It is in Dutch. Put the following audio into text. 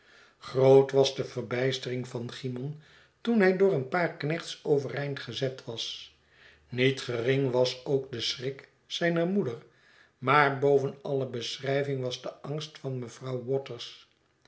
groot was de verbijstering van cymon toen hij door een paar knechts overeind gezet was niet gering was ook de schrik zijner moeder maar boven alle beschrijving was de angst van mevrouw waters